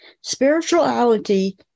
Spirituality